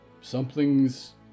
Something's